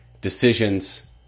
decisions